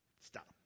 Stop